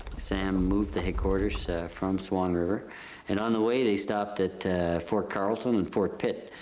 sam moved the headquarters from swan river and on the way they stopped at fort carlton and fort pitt,